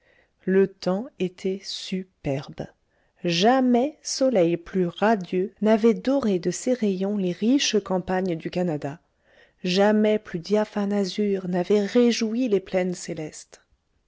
le temps était superbe jamais soleil plus radieux n'avait doré de ses rayons les riches campagnes du canada jamais plus diaphane azur n'avait réjoui les plaines célestes